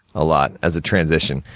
a lot, as a transition.